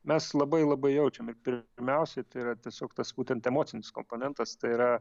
mes labai labai jaučiam ir pirmiausiai tai yra tiesiog tas būtent emocinis komponentas tai yra